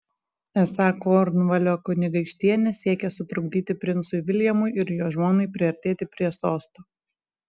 esą kornvalio kunigaikštienė siekia sutrukdyti princui viljamui ir jo žmonai priartėti prie sosto